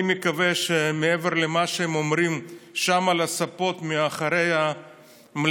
אני מקווה שמעבר למה שהם אומרים שם על הספות מאחורי המליאה,